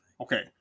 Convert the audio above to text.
Okay